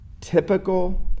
typical